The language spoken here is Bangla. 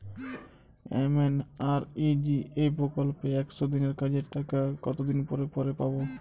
এম.এন.আর.ই.জি.এ প্রকল্পে একশ দিনের কাজের টাকা কতদিন পরে পরে পাব?